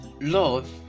love